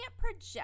project